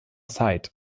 site